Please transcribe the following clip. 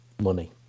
money